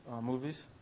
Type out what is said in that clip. movies